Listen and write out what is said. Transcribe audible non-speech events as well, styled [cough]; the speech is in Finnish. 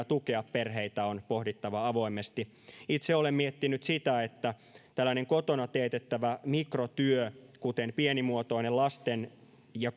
[unintelligible] tukea perheitä on pohdittava avoimesti itse olen miettinyt sitä että tällaisen kotona teetettävän mikrotyön kuten pienimuotoisen lasten ja [unintelligible]